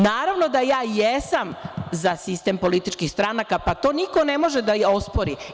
Naravno da jesam za sistem političkih stranaka, pa to niko ne može da ospori.